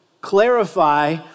clarify